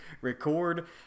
record